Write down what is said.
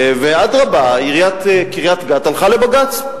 אדרבה, עיריית קריית-גת הלכה לבג"ץ.